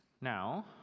Now